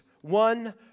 one